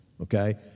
okay